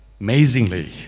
Amazingly